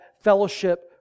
fellowship